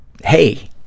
Hey